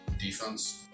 defense